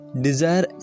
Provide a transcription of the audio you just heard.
desire